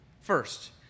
first